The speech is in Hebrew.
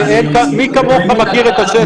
הרי מי כמוך מכיר את השטח.